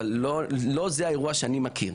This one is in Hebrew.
אבל לא זה האירוע שאני מכיר.